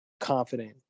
confident